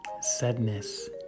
sadness